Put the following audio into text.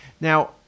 Now